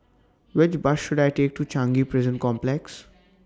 Which Bus should I Take to Changi Prison Complex